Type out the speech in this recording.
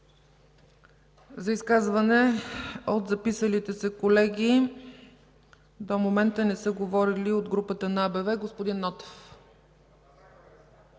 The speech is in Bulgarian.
За изказване от записалите се колеги до момента не са говорили от групата на „Атака”. Господин Нотев